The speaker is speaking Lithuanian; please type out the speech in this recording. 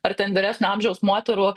ar ten vyresnio amžiaus moterų